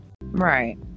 Right